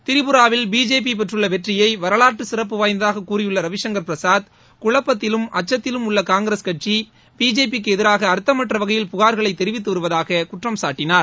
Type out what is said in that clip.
திரிபுராவில் பிஜேபி பெற்றுள்ள வெற்றியை வரலாற்று சிறப்பு வாய்ந்ததாக கூறியுள்ள ரவிசுங்கர் பிரசாத் குழப்பத்திலும் அச்சத்திலும் உள்ள காங்கிரஸ் கட்சி பிஜேபி க்கு எதிராக அர்த்தமற்ற வகையில் புகார்களை தெரிவித்து வருவதாக குற்றம் சாட்டினார்